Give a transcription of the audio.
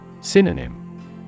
Synonym